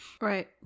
Right